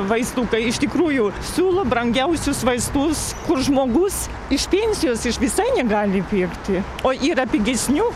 vaistų kai iš tikrųjų siūlo brangiausius vaistus kur žmogus iš pensijos iš visai negali pirkti o yra pigesnių